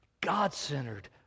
God-centered